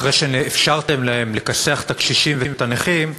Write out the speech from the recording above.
אחרי שאפשרתם להן לכסח את הקשישים ואת הנכים,